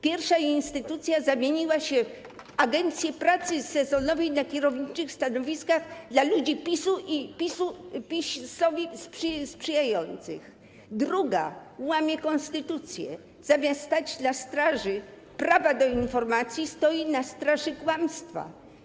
Pierwsza instytucja zamieniła się w agencję pracy sezonowej na kierowniczych stanowiskach dla ludzi PiS-u i PiS-owi sprzyjających, druga łamie konstytucję, zamiast stać na straży prawa do informacji, stoi na straży kłamstwa.